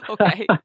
Okay